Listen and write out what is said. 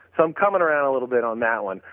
so i'm coming around a little bit on that one.